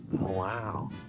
Wow